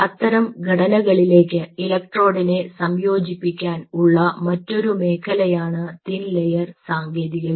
അത്തരം ഘടനകളിലേക്ക് ഇലക്ട്രോഡിനെ സംയോജിപ്പിക്കാൻ ഉള്ള മറ്റൊരു മേഖല ആണ് തിൻ ലെയർ സാങ്കേതികവിദ്യ